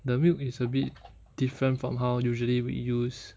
the milk is a bit different from how usually we use